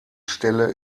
stelle